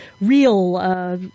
real